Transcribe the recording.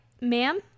ma'am